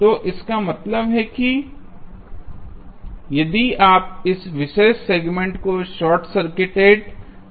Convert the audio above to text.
तो इसका मतलब है यदि आप इस विशेष सेगमेंट को शार्ट सर्किटेड देखते हैं